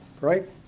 right